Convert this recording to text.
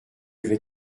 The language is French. vais